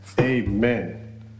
Amen